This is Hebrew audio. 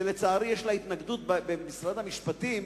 לצערי יש לה התנגדות במשרד המשפטים,